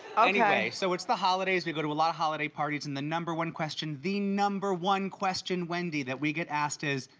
ah anyway, so it's the holidays, we go to a lot of holiday parties and the number one question, the number one question, wendy, that we get asked is,